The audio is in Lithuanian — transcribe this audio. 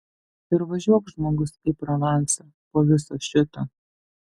ir važiuok žmogus į provansą po viso šito